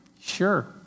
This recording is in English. Sure